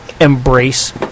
Embrace